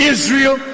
Israel